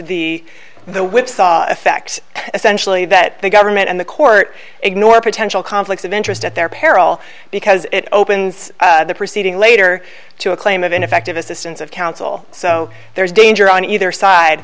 be the whipsaw effect essentially that the government and the court ignore potential conflicts of interest at their peril because it opens the proceeding later to a claim of ineffective assistance of counsel so there is danger on either side